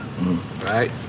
Right